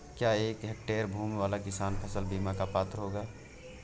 क्या एक हेक्टेयर भूमि वाला किसान फसल बीमा का पात्र होगा?